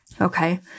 Okay